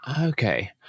Okay